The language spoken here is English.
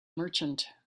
merchant